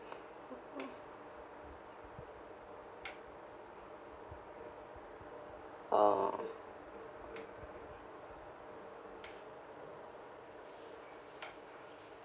oh